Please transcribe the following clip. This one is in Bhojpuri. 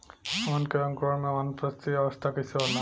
हमन के अंकुरण में वानस्पतिक अवस्था कइसे होला?